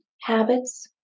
Habits